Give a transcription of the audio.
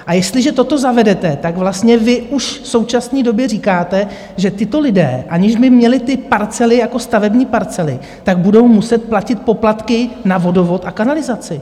A jestliže toto zavedete, tak vlastně vy už v současné době říkáte, že tito lidé, aniž by měli ty parcely jako stavební parcely, budou muset platit poplatky za vodovod a kanalizaci.